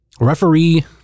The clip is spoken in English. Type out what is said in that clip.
referee